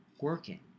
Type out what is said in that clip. working